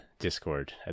discord